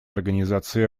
организации